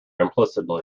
implicitly